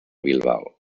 bilbao